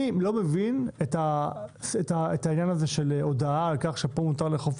אני לא מבין את העניין הזה של הודעה על כך שפה מותר לאכוף,